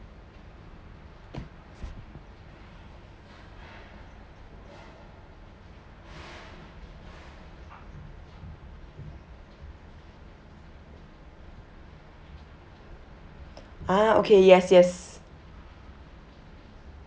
ah okay yes yes